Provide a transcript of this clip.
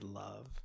love